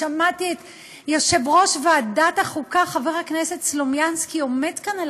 שמעתי את יושב-ראש ועדת החוקה חבר הכנסת ניסן סלומינסקי עומד כאן על